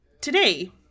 today